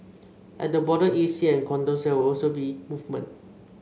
at the border E C and condos there will also be movement